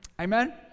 Amen